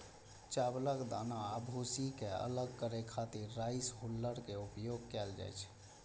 चावलक दाना आ भूसी कें अलग करै खातिर राइस हुल्लर के उपयोग कैल जाइ छै